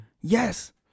Yes